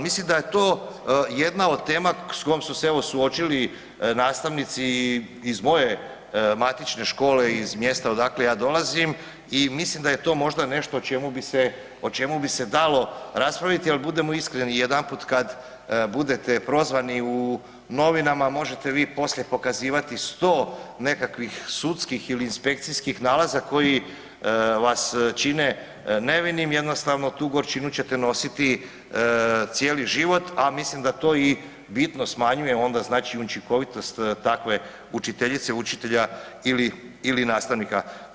Mislim da je to jedna od tema s kojom su se evo suočili nastavnici iz moje matične škole, iz mjesta odakle ja dolazim i mislim da je to možda nešto o čemu bi se dalo raspraviti, ali budemo iskreni, jedanput kada budete prozvani u novinama, možete vi poslije pokazivati sto nekakvih sudskih ili inspekcijskih nalaza koji vas čine nevinim, jednostavno tu gorčinu ćete nositi cijeli život a mislim da to bitno smanjuje onda znači učinkovitost takve učiteljice, učitelja ili nastavnika.